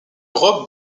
robe